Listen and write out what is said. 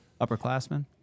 upperclassmen